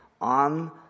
on